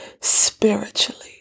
spiritually